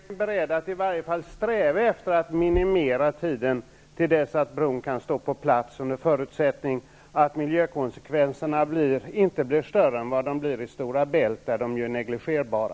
Herr talman! Är man beredd att i varje fall sträva efter att minimera tiden till dess att bron kan vara på plats, under förutsättning att miljökonsekvenserna inte blir större än vad de blir vid Stora Bält, där de ju är negligerbara?